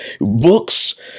books